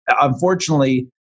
Unfortunately